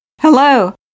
Hello